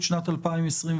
הכנסת.